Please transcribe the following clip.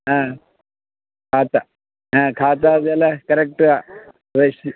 ಹಾಂ ಆತ ಹಾಂ ಕಾತ ಅದೆಲ್ಲ ಕರೆಕ್ಟ್ ರಶ್